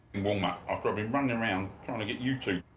and warm-up, after i've been running around trying to get you two.